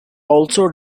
also